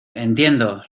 entiendo